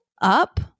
up